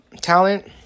talent